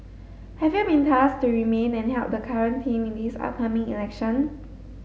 have you been tasked to remain and help the current team in this upcoming election